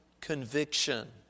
conviction